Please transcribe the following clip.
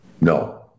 No